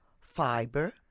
fiber